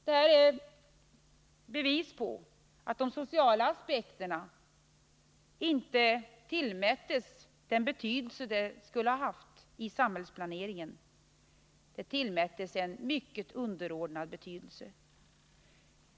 Det här är bevis för att de sociala aspekterna inte tillmättes den betydelse de borde ha haft i samhällsplaneringen. De gavs en mycket underordnad betydelse.